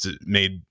made